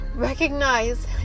recognize